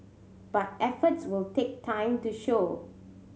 but efforts will take time to show